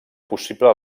possible